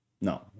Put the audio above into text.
No